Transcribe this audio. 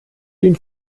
ihn